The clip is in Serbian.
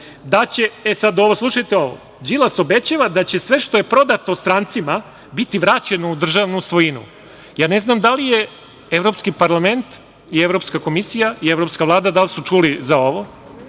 50%... e sad, slušajte ovo, Đilas obećava da će sve što je prodato strancima biti vraćeno u državnu svojinu. Ne znam da li su Evropski parlament, Evropska komisija i Evropska vlada da li su čuli za ovo,